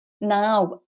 now